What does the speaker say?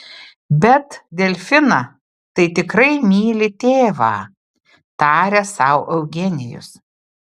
bet delfiną tai tikrai myli tėvą tarė sau eugenijus